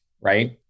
right